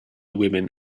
women